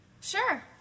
Sure